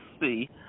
see